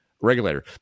regulator